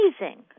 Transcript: amazing